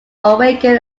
oregon